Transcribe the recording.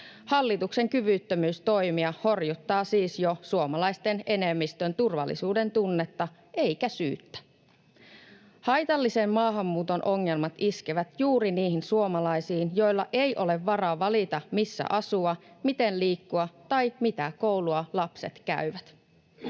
Hallituksen kyvyttömyys toimia horjuttaa siis jo suomalaisten enemmistön turvallisuudentunnetta, eikä syyttä. Haitallisen maahanmuuton ongelmat iskevät juuri niihin suomalaisiin, joilla ei ole varaa valita, missä asua, miten liikkua tai mitä koulua lapset käyvät.